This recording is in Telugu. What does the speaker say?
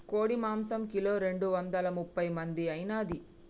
కోడి మాంసం కిలో రెండు వందల ముప్పై మంది ఐనాది